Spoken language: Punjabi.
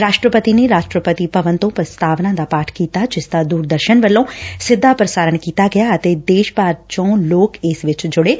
ਰਾਸ਼ਟਰਪਤੀ ਨੇ ਰਾਸ਼ਟਰਪਤੀ ਭਵਨ ਤੋਂ ਪ੍ਰਸਾਤਵਨਾ ਦਾ ਪਾਠ ਕੀਤਾ ਜਿਸ ਦਾ ਦੁਰਦਰਸ਼ਨ ਵੱਲੋਂ ਸਿੱਧਾ ਪ੍ਸਾਰਣ ਕੀਤਾ ਗਿਆ ਅਤੇ ਦੇਸ਼ ਭਰ ਚੋ ਲੋਕ ਇਸ ਚ ਜੁੜੇ